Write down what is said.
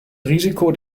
risiko